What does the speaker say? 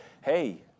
hey